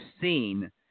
seen